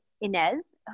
Inez